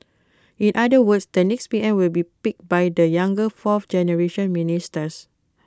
in other words the next P M will be picked by the younger fourth generation ministers